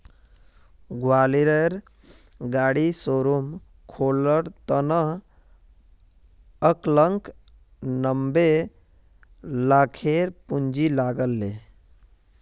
ग्वालियरेर गाड़ी शोरूम खोलवार त न अंकलक नब्बे लाखेर पूंजी लाग ले